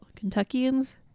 Kentuckians